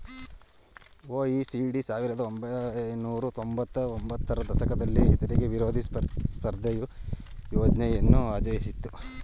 OECD ಸಾವಿರದ ಒಂಬೈನೂರ ತೊಂಬತ್ತ ಒಂಬತ್ತರ ದಶಕದಲ್ಲಿ ತೆರಿಗೆ ವಿರೋಧಿ ಸ್ಪರ್ಧೆಯ ಯೋಜ್ನೆಯನ್ನು ಆಯೋಜಿಸಿತ್ತು